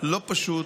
לא פשוט,